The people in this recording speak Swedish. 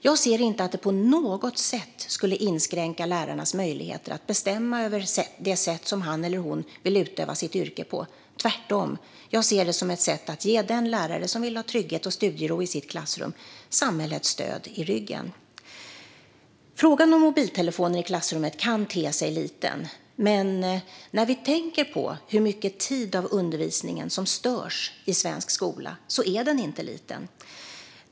Jag ser inte att det på något sätt skulle inskränka lärarens möjligheter att bestämma över det sätt som han eller hon vill utöva sitt yrke på. Tvärtom! Jag ser det som ett sätt att ge den lärare som vill ha trygghet och studiero i sitt klassrum samhällets stöd. Frågan om mobiltelefoner i klassrummet kan te sig liten, men när vi tänker på hur mycket tid av undervisningen som störs i svensk skola är det ingen liten fråga.